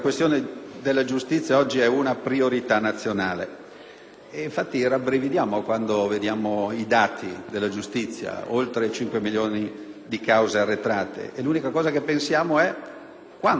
infatti, quando vediamo i dati della giustizia: oltre cinque milioni di cause arretrate. L'unica cosa che pensiamo è: quando riusciremo a smaltire questa mole di arretrato?